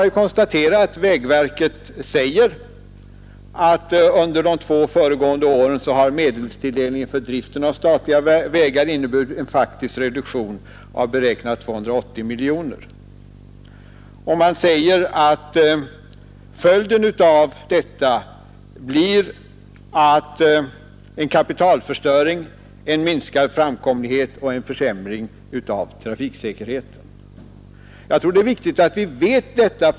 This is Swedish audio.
Vi kan konstatera att vägverket säger att under de två föregående åren medelstilldelningen för driften av statliga vägar har inneburit en faktisk reduktion beräknad till 280 miljoner kronor. Man säger också att följden av detta blir kapitalförstöring, minskad framkomlighet och försämring av trafiksäkerheten. Jag tror att det är viktigt att vi vet detta.